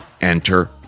Enter